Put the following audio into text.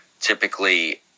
typically